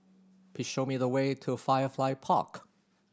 please show me the way to Firefly Park